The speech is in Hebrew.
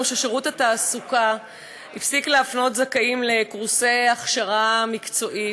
ששירות התעסוקה הפסיק להפנות זכאים לקורסי הכשרה מקצועית,